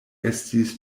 estis